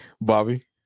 Bobby